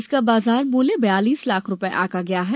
इसका बाजार मूल्य बयालीस लाख रुपये आंका गया है